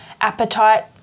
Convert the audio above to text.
Appetite